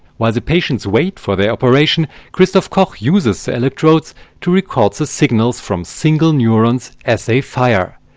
while the patients wait for their operation, christof koch uses the electrodes to record the signals from single neurons as they fire.